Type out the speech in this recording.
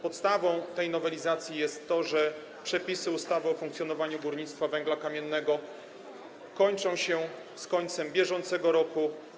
Podstawą tej nowelizacji jest to, że przepisy ustawy o funkcjonowaniu górnictwa węgla kamiennego kończą się z końcem bieżącego roku.